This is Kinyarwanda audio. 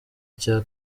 cya